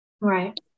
Right